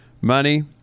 money